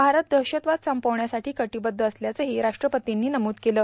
भारत दहशतवाद संपवण्यासाठी कटोबद्ध असल्याचंही राष्ट्रपतींनी नमूद केलं